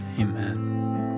Amen